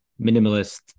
minimalist